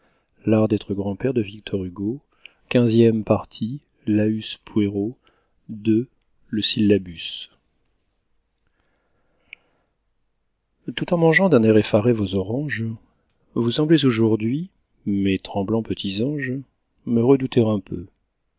tout en mangeant d'un air effaré vos oranges vous semblez aujourd'hui mes tremblants petits anges me redouter un peu